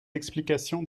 explications